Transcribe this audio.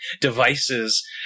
devices